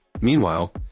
Meanwhile